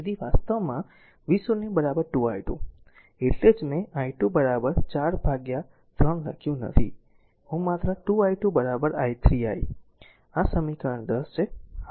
તેથી વાસ્તવમાં v0 2 i2 એટલે જ મેં i2 4 બાય 3 લખ્યું નથી હું માત્ર 2 i2 i3 i આ સમીકરણ 10 છે